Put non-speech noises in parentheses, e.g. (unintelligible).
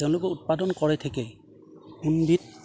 তেওঁলোকে উৎপাদন কৰে (unintelligible)